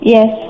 Yes